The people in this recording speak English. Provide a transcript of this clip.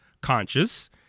conscious